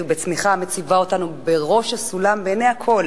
ובצמיחה המציבה אותנו בראש הסולם בעיני הכול,